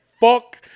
fuck